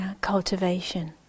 cultivation